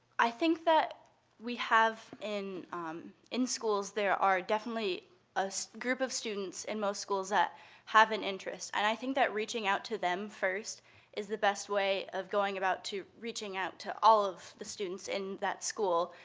i think that we have, in in schools, there are definitely a group of students in most schools that have an interest, and i think that reaching out to them first is the best way of going about to reaching out to all of the students in that school.